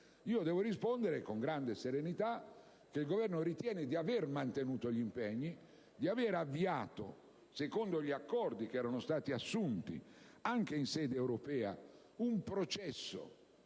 invece rispondere con grande serenità che il Governo ritiene di aver mantenuto gli impegni e di aver avviato, secondo gli accordi che erano stati assunti anche in sede europea, un processo